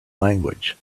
language